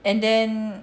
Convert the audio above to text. and then